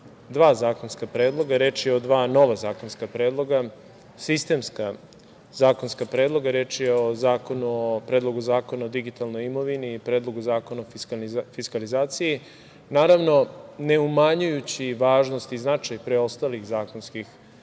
dva zakonska predloga. Reč je o dva nova zakonska predloga, sistemska zakonska predloga, Predlog zakona o digitalnoj imovini i Predlog zakona o fiskalizaciji. Naravno, ne umanjujući važnost i značaj preostalih zakonskih